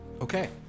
Okay